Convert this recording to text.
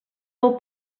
del